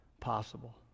possible